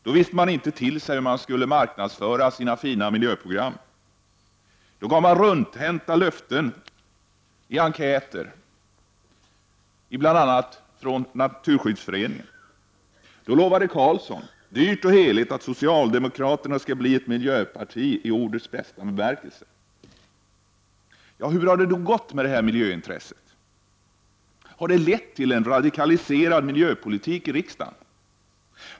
Då visste partierna inte till sig hur de skulle kunna marknadsföra sina fina miljöprogram. Då gavs rundhänta löften i enkäter från bl.a. Naturskyddsföreningen. Då lovade Carlsson dyrt och heligt att socialdemokraterna skulle bli ett miljöparti i ordets bästa bemärkelse. Hur har det då gått med det här miljöintresset? Har det lett till en radikaliserad miljöpolitik i riksdagen?